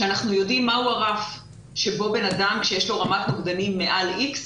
שאנחנו יודעים מהו הרף שבו בן אדם שיש לו רמת נוגדנים מעל איקס,